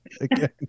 again